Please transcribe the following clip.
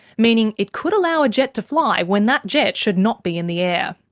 meaning it could allow a jet to fly when that jet should not be in the air.